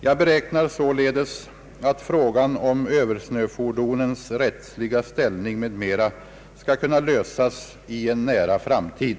Jag beräknar således, att frågan om översnöfordonens rättsliga ställning m.m. skall kunna lösas i en nära framtid;